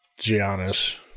Giannis